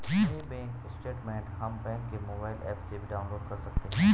mini bank statement हम bank के mobile app से भी डाउनलोड कर सकते है